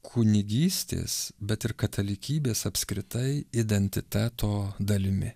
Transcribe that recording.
kunigystės bet ir katalikybės apskritai identiteto dalimi